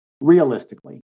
realistically